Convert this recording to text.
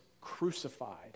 crucified